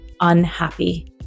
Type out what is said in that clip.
unhappy